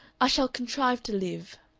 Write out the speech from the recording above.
i shall contrive to live.